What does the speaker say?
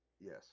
Yes